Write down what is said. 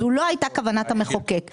זו לא הייתה כוונת המחוקק.